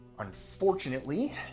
Unfortunately